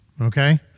Okay